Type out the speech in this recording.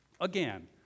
Again